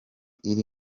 iri